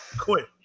Quit